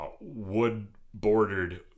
wood-bordered